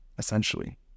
Essentially